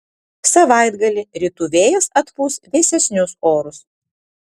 savaitgalį rytų vėjas atpūs vėsesnius orus